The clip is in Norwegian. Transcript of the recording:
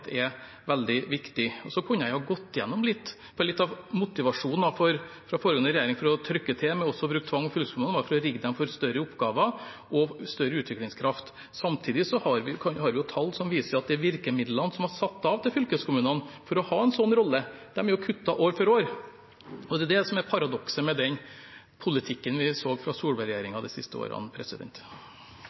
er veldig viktig. Så kunne jeg gått gjennom litt, for litt av motivasjonen til den forrige regjeringen for å trykke til med også å bruke tvang overfor fylkeskommunene, var å rigge dem for større oppgaver og større utviklingskraft. Samtidig har vi jo tall som viser at de virkemidlene som er satt av til fylkeskommunene for å ha en slik rolle, er det blitt kuttet i år for år. Det er det som er paradokset med politikken vi så fra Solberg-regjeringen de siste årene.